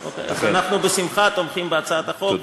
אוקיי, אז אנחנו בשמחה תומכים בהצעות החוק תודה.